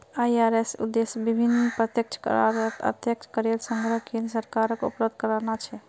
IRS उद्देश्य विभिन्न प्रत्यक्ष कर आर अप्रत्यक्ष करेर संग्रह केन्द्र सरकारक उपलब्ध कराना छे